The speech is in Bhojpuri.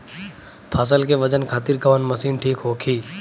फसल के वजन खातिर कवन मशीन ठीक होखि?